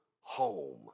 home